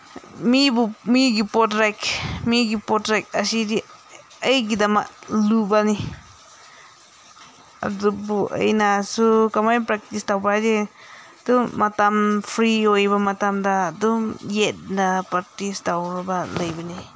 ꯃꯤꯕꯨ ꯃꯤꯒꯤ ꯄꯣꯇ꯭ꯔꯦꯛ ꯃꯤꯒꯤ ꯄꯣꯇ꯭ꯔꯦꯛ ꯑꯁꯤꯗꯤ ꯑꯩꯒꯤꯗꯃꯛ ꯂꯨꯕꯅꯤ ꯑꯗꯨꯕꯨ ꯑꯩꯅꯁꯨ ꯀꯃꯥꯏꯅ ꯄ꯭ꯔꯦꯛꯇꯤꯁ ꯇꯧꯕ ꯍꯥꯏꯗꯤ ꯑꯗꯨ ꯃꯇꯝ ꯐ꯭ꯔꯤ ꯑꯣꯏꯕ ꯃꯇꯝꯗ ꯑꯗꯨꯝ ꯌꯦꯛꯅ ꯄ꯭ꯔꯥꯛꯇꯤꯁ ꯇꯧꯔꯒ ꯂꯩꯕꯅꯤ